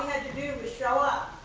to do was show up,